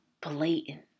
blatant